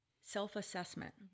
self-assessment